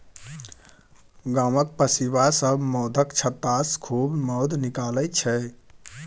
गामक पसीबा सब मौधक छत्तासँ खूब मौध निकालै छै